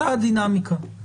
זו הדינמיקה.